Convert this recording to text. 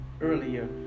earlier